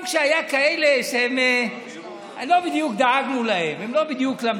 גם כשהיו כאלה שלא בדיוק דאגנו להם,